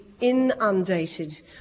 inundated